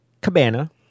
cabana